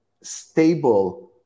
stable